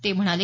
ते म्हणाले